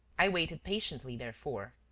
i waited patiently, therefore.